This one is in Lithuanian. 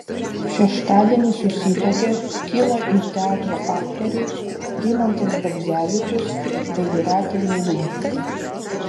šeštadienį susituokė kino ir teatro aktoriai rimantas bagdzevičius bei jūratė vilūnaitė